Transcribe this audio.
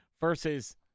versus